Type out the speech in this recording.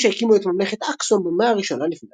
והם שהקימו את ממלכת אקסום במאה ה-1 לפנה"ס.